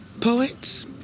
poets